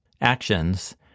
actions